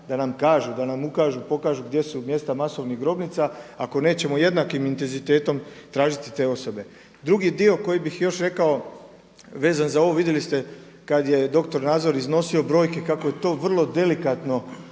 da nam ukažu, pokažu gdje su mjesta masovnih grobnica ako nećemo jednakim intenzitetom tražiti te osobe. Drugi dio koji bih još rekao vezan za ovo vidjeli ste kada je dr. Nazor iznosio brojke kako je to vrlo delikatno